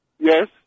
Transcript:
Yes